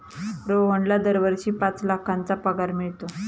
रोहनला दरवर्षी पाच लाखांचा पगार मिळतो